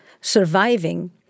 surviving